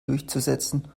durchzusetzen